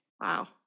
Wow